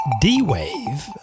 D-Wave